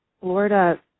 Florida